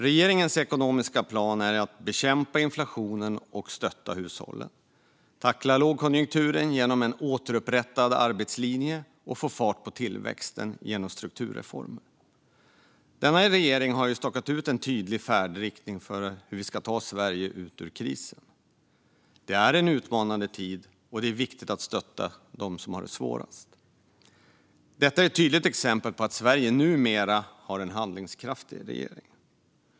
Regeringens ekonomiska plan är att bekämpa inflationen, stötta hushållen, tackla lågkonjunkturen genom återupprättad arbetslinje och få fart på tillväxten genom strukturreformer. Denna regering har stakat ut en tydlig färdriktning för att ta Sverige ut ur krisen. Det är en utmanande tid, och det är viktigt att stötta dem som har det svårast. Detta är ett tydligt exempel på att Sverige numera har en handlingskraftig regering.